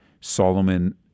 Solomon